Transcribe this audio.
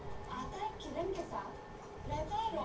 धान क सिंचाई कितना बार होला?